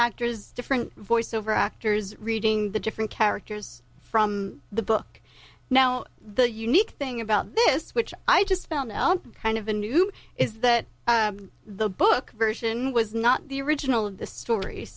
actors different voiceover actors reading the different characters from the book now the unique thing about this which i just found kind of a new is that the book version was not the original of the story